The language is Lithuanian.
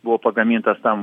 buvo pagamintas tam